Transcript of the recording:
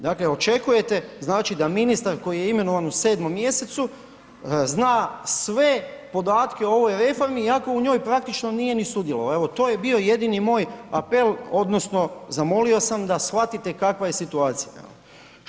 Dakle očekujete znači da ministar koji je imenovan u 7. mj. zna sve podatke o ovoj reformi iako u njoj praktično nije ni sudjelovao, evo to je bio jedini moj apel, odnosno zamolio sam da shvatite kakva je situacija, evo.